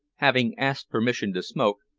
having asked permission to smoke,